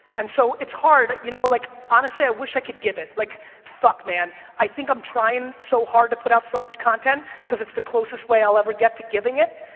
and so, it's hard, you know like honestly, i wish i could give, like fuck, man, i think i'm trying so hard to put out so much content because it's the closest way i'll ever get to giving it,